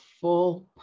full